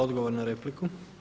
Odgovor na repliku.